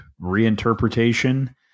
reinterpretation